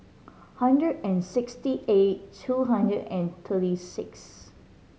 hundred and sixty eight two hundred and thirty six